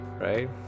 right